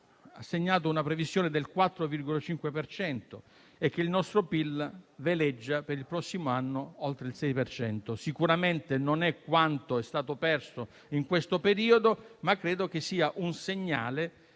ha segnato una previsione del 4,5 per cento e che il nostro PIL veleggia per il prossimo anno oltre il 6 per cento: sicuramente non è quanto è stato perso in questo periodo, ma credo sia un segnale